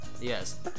Yes